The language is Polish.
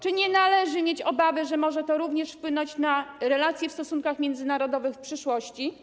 Czy nie należy mieć obaw, że może to również wpłynąć na relacje w stosunkach międzynarodowych w przyszłości?